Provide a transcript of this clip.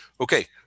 Okay